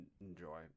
enjoy